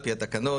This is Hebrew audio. על-פי התקנות,